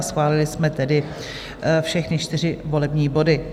Schválili jsme tedy všechny čtyři volební body.